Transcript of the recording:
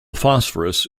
phosphorus